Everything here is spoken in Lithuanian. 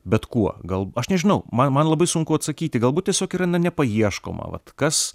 bet kuo gal aš nežinau man man labai sunku atsakyti galbūt tiesiog yra na nepaieškoma vat kas